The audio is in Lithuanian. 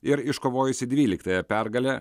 ir iškovojusi dvyliktąją pergalę